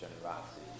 generosity